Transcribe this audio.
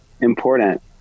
important